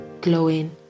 Glowing